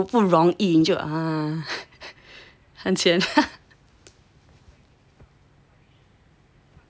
很不容易很浅 ah